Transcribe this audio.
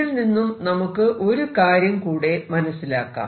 ഇതിൽ നിന്നും നമുക്ക് ഒരു കാര്യം കൂടെ മനസിലാക്കാം